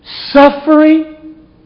suffering